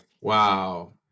Wow